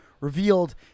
revealed